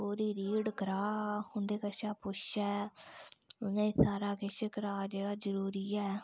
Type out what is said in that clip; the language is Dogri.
पूरी रीड कराऽ उं'दे कशा पुच्छै उ'नें गी सारा किश कराऽ जेह्ड़ा जरूरी ऐ